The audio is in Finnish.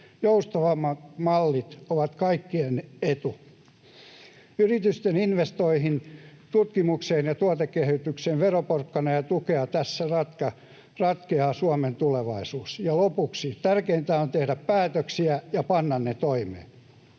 Joustavammat mallit ovat kaikkien etu. Yritysten investointeihin, tutkimukseen ja tuotekehitykseen veroporkkana ja tukea. Tässä ratkeaa Suomen tulevaisuus. Ja lopuksi, tärkeintä on tehdä päätöksiä ja panna ne toimeen.